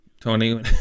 Tony